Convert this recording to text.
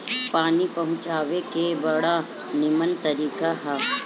पानी पहुँचावे के बड़ा निमन तरीका हअ